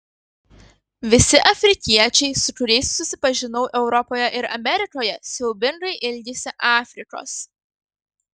visi afrikiečiai su kuriais susipažinau europoje ir amerikoje siaubingai ilgisi afrikos